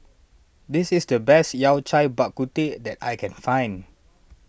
this is the best Yao Cai Bak Kut Teh that I can find